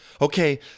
Okay